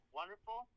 wonderful